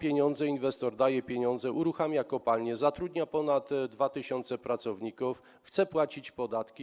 Inwestor daje pieniądze, uruchamia kopalnię, zatrudnia ponad 2 tys. pracowników, chce płacić podatki.